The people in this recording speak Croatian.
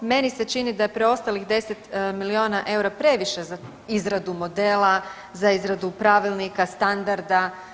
Meni se čini da je preostalih 10 miliona EUR-a previše za izradu modela, za izradu pravilnika, standarda.